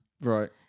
Right